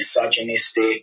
misogynistic